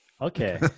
Okay